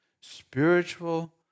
spiritual